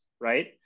Right